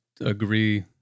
agree